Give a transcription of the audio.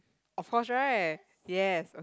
of cause right yes